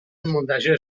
منتشر